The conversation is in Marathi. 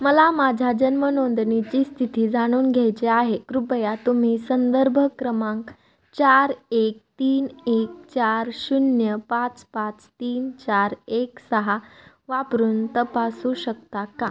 मला माझ्या जन्मनोंदणीची स्थिती जाणून घ्यायची आहे कृपया तुम्ही संदर्भ क्रमांक चार एक तीन एक चार शून्य पाच पाच तीन चार एक सहा वापरून तपासू शकता का